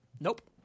Nope